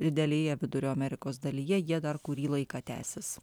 didelėje vidurio amerikos dalyje jie dar kurį laiką tęsis